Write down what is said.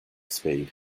speed